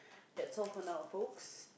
that's all for now folks